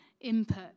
input